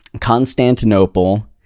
Constantinople